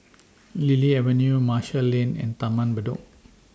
Lily Avenue Marshall Lane and Taman Bedok